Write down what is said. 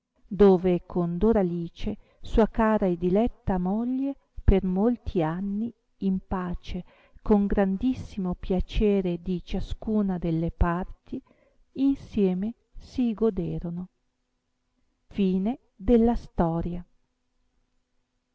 dove con doralice sua cara e diletta moglie per molti anni in pace con grandissimo piacere di ciascuna delle parti insieme si goderono appena che